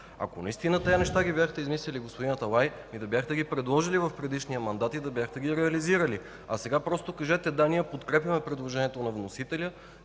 Ако наистина тези неща ги бяхте измислили, господин Аталай, да бяхте ги предложили в предишния мандат и да бяхте ги реализирали. Сега просто кажете: „Да, ние подкрепяме предложението на вносителя